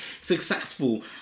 successful